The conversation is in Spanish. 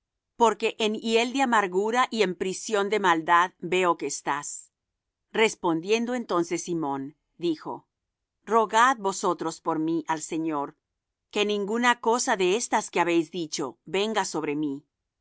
porque en hiel de amargura y en prisión de maldad veo que estás respondiendo entonces simón dijo rogad vosotros por mí al señor que ninguna cosa de estas que habéis dicho venga sobre mí